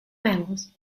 mammals